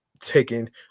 taking